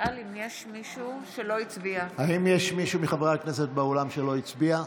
האם יש מישהו מחברי הכנסת באולם שלא הצביע?